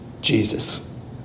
Jesus